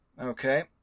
Okay